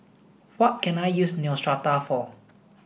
what can I use Neostrata for